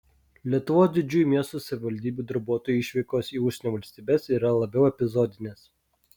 lietuvos didžiųjų miestų savivaldybių darbuotojų išvykos į užsienio valstybes yra labiau epizodinės